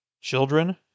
Children